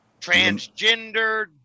transgender